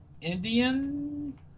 Indian